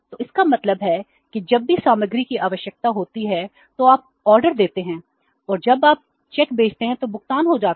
तो इसका मतलब है कि जब भी सामग्री की आवश्यकता होती है तो आप ऑर्डर देते हैं और जब आप चेक भेजते हैं तो भुगतान हो जाता है